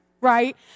right